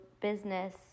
business